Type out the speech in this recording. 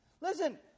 Listen